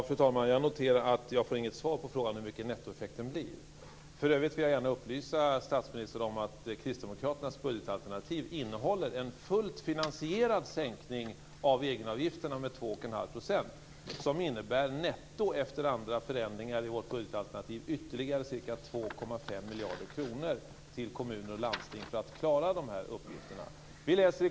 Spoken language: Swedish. Fru talman! Jag noterar att jag inte får något svar på frågan om vad nettoeffekten blir. För övrigt vill jag gärna upplysa statsministern om att Kristdemokraternas budgetalternativ innehåller en fullt finansierad sänkning av egenavgifterna med 2 1⁄2 % som netto, efter andra förändringar i vårt budgetalternativ, innebär ytterligare ca 2,5 miljarder kronor till kommuner och landsting för att klara uppgifterna.